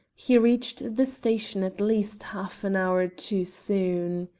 he reached the station at least half an hour too soon.